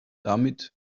damit